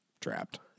trapped